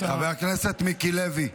חברי הכנסת מיקי לוי.